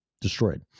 destroyed